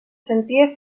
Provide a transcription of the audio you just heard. sentia